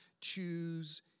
choose